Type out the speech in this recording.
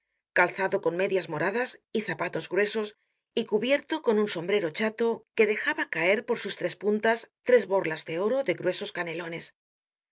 calzado con medias moradas y zapatos gruesos y cubierto con un sombrero chato que dejaba caer por sus tres puntas tres borlas de oro de gruesos canelones